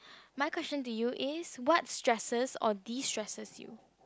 my question to you is what stresses or destresses you